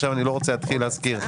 עכשיו אני לא רוצה להתחיל להזכיר.